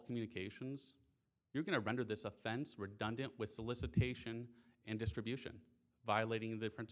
communications you're going to render this offense redundant with solicitation and distribution violating indifferent